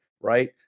right